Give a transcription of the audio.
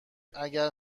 اگر